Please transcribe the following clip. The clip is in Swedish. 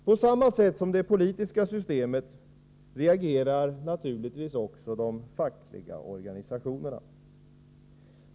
På samma sätt som det politiska systemet reagerar naturligtvis också de fackliga organisationerna.